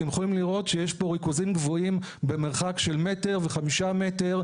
אתם יכולים לראות שיש פה ריכוזים גבוהים במרחק של מטר וחמישה מטר,